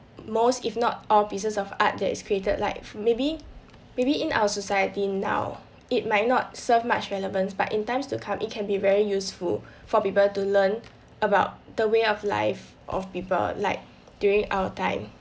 most if not all pieces of art that is created like maybe maybe in our society now it might not serve much relevance by in times to come it can be very useful for people to learn about the way of life of people like during our time